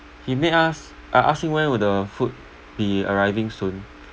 he made us I ask him when will the food be arriving soon